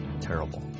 Terrible